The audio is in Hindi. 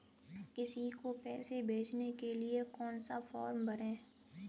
किसी को पैसे भेजने के लिए कौन सा फॉर्म भरें?